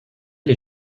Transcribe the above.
les